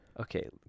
Okay